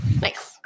Nice